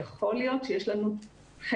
יכול להיות שיש לנו חסר